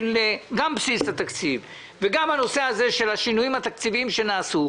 גם של בסיס התקציב וגם של השינויים התקציביים שנעשו,